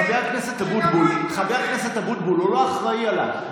חבר הכנסת אבוטבול, הוא לא אחראי עליו.